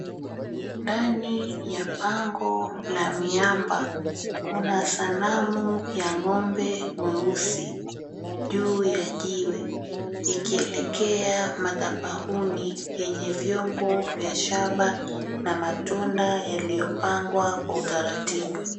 Ndani ya lango ya miamba kuna snamu ya ngombe mweusi juu ya jiwe ikielea madhabahuni yenye viombo vya shabaa na matunda yaliyopangwa kwa utaratibu.